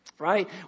right